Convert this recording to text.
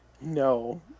no